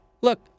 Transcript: Look